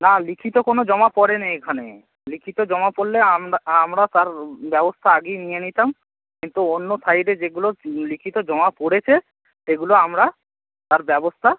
না লিখিত কোনো জমা পড়ে নি এখানে লিখিত জমা পড়লে আমরা আমরা তার ব্যবস্থা আগেই নিয়ে নিতাম কিন্তু অন্য সাইডে যেগুলো লিখিত জমা পড়েছে সেগুলো আমরা তার ব্যবস্থা